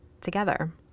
together